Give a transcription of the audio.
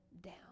down